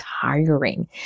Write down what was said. tiring